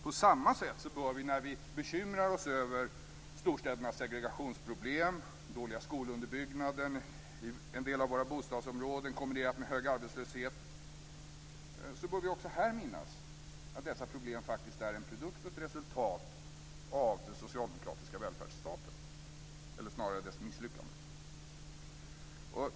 På samma sätt bör vi, när vi bekymrar oss över storstädernas segregationsproblem och den dåliga skolunderbyggnaden i en del av våra bostadsområden kombinerat med hög arbetslöshet, minnas att dessa problem är en produkt och ett resultat av den socialdemokratiska välfärdsstaten - eller snarare dess misslyckande.